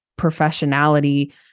professionality